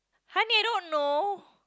honey I don't know